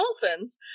dolphins